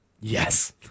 Yes